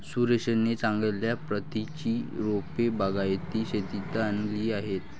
सुरेशने चांगल्या प्रतीची रोपे बागायती शेतीत आणली आहेत